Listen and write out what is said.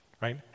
right